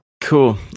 cool